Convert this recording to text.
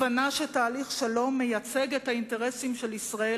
הבנה שתהליך השלום מייצג את האינטרסים של ישראל,